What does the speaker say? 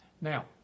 Now